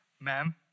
Ma'am